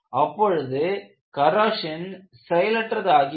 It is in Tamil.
அப்பொழுது கரோஷன் செயலாற்றதாகிவிடும்